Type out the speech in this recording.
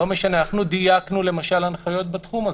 לא משנה, דייקנו למשל הנחיות בתחום הזה.